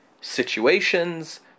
situations